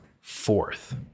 fourth